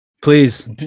Please